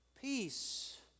Peace